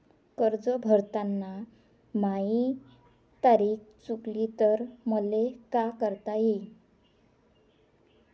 कर्ज भरताना माही तारीख चुकली तर मले का करता येईन?